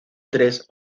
tres